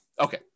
Okay